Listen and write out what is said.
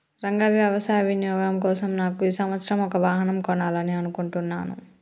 రంగయ్య వ్యవసాయ వినియోగం కోసం నాకు ఈ సంవత్సరం ఒక వాహనం కొనాలని అనుకుంటున్నాను